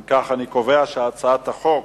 אם כך, אני קובע שהצעת חוק